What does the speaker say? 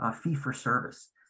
fee-for-service